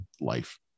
life